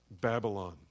Babylon